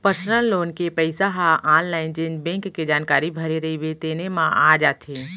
personal loan के पइसा ह आनलाइन जेन बेंक के जानकारी भरे रइबे तेने म आ जाथे